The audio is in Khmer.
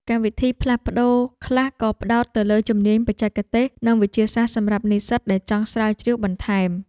កម្មវិធីផ្លាស់ប្តូរខ្លះក៏ផ្តោតទៅលើជំនាញបច្ចេកទេសនិងវិទ្យាសាស្ត្រសម្រាប់និស្សិតដែលចង់ស្រាវជ្រាវបន្ថែម។